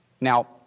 Now